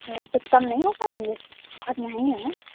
کچھ کم نہیں ہو پائیں گے بہت مہنگے ہیں